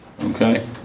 Okay